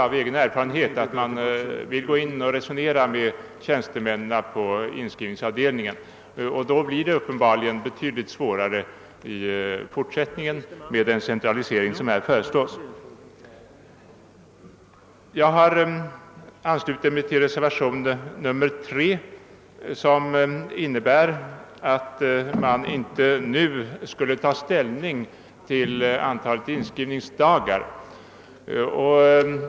Av egen erfarenhet vet jag att man vill kunna resonera med tjänstemännen på inskrivningsavdelningen, och detta blir uppenbarligen i fortsättningen betydligt svårare med den koncentrering som här föreslås. Jag har anslutit mig till reservationen III som innebär att man inte skulle ta ställning till antalet inskrivningsdagar nu.